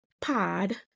Pod